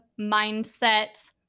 mindset